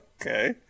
Okay